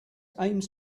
aims